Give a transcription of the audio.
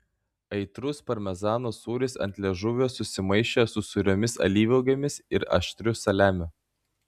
aitrus parmezano sūris ant liežuvio susimaišė su sūriomis alyvuogėmis ir aštriu saliamiu